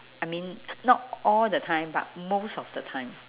I mean not all the time but most of the time